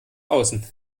außen